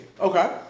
Okay